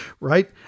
right